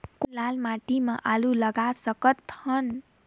कौन लाल माटी म आलू लगा सकत हन?